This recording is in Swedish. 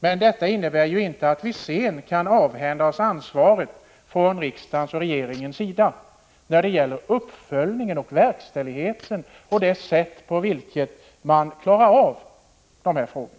Men detta innebär inte att vi sedan från riksdagens och regeringens sida kan avhända oss ansvaret när det gäller uppföljningen och verkställigheten och det sätt på vilket huvudmännen klarar av de här frågorna.